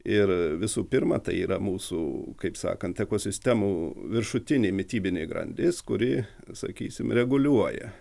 ir visų pirma tai yra mūsų kaip sakant ekosistemų viršutinė mitybinė grandis kuri sakysim reguliuoja